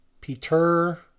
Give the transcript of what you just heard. Peter